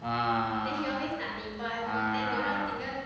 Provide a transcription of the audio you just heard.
a'ah